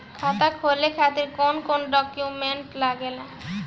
खाता खोले खातिर कौन कौन डॉक्यूमेंट लागेला?